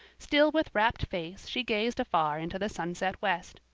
still with rapt face she gazed afar into the sunset west,